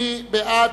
מי בעד?